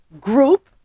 group